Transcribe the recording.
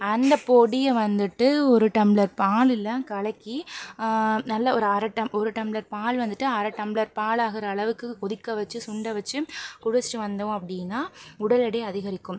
அந்த பொடியை வந்துட்டு ஒரு டம்ளர் பாலில் கலக்கி நல்ல ஒரு அரை டம் ஒரு டம்ளர் பால் வந்துட்டு அரை டம்ளர் பாலாகிற அளவுக்கு கொதிக்க வச்சு சுண்ட வச்சு குடிச்சுட்டு வந்தோம் அப்படின்னா உடல் எடை அதிகரிக்கும்